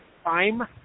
Time